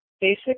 basic